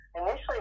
initially